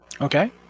Okay